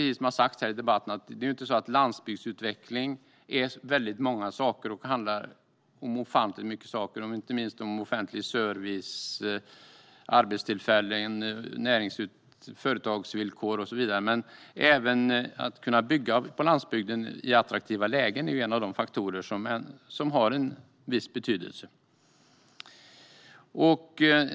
Som har sagts i debatten är landsbygdsutveckling väldigt många saker och handlar om ofantligt mycket, inte minst offentlig service, arbetstillfällen, företagsvillkor och så vidare. Även att kunna bygga på landsbygden i attraktiva lägen är en av de faktorer som har viss betydelse.